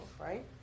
right